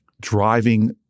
driving